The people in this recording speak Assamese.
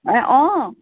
অঁ অঁ